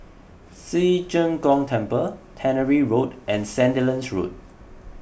Ci Zheng Gong Temple Tannery Road and Sandilands Road